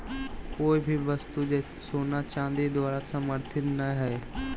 कोय भी वस्तु जैसे सोना चांदी द्वारा समर्थित नय हइ